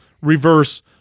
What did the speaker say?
reverse